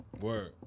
Word